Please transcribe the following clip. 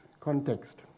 context